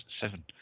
seven